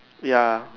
ya